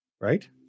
Right